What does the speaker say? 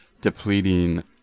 depleting